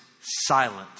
silence